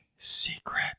secret